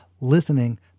Listening